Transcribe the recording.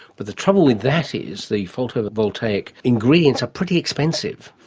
but the trouble with that is the photovoltaic ingredients are pretty expensive.